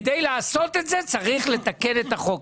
כדי לעשות את זה, צריך לתקן את החוק.